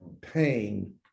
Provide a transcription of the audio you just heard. pain